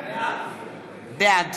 בעד